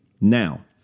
Now